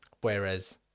whereas